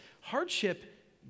Hardship